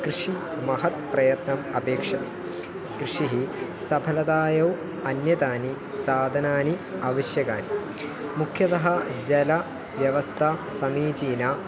कृषिः महत् प्रयत्नम् अपेक्षते कृषिः सफलतायै अन्यतानि साधनानि आवश्यकानि मुख्यतः जलव्यवस्था समीचीना